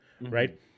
right